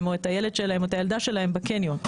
או את הילד שלהן או את הילדה שלהן בקניון,